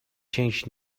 changed